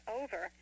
over